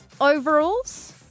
overalls